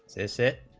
since it